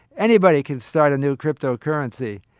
anybody can start a new cryptocurrency.